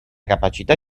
capacità